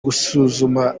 gusuzuma